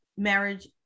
marriage